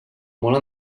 molt